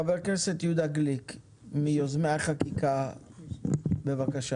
חבר הכנסת לשעבר יהודה גליק מיוזמי החקיקה, בבקשה.